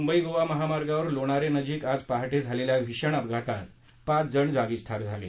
मुंबई गोवा महामार्गावर लोणारे नजिक आज पहा िझालेल्या भीषण अपघातात पाच जण जागीच ठार झाले